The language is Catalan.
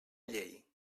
llei